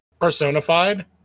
personified